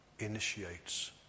initiates